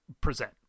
present